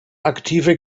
aktive